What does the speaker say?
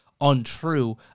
untrue